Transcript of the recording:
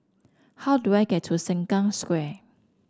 how do I get to Sengkang Square